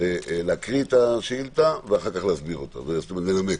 להקריא את השאילתה ואחר כך להסביר אותה ולנמק,